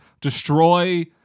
destroy